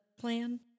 plan